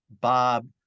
Bob